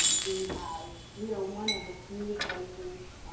we have we are one of the few places